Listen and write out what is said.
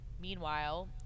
Meanwhile